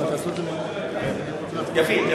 גבולות השטח של 67' והחלת החוק בגולן.